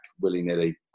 willy-nilly